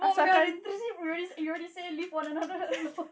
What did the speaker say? more you already say live one another alone